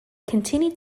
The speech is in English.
continued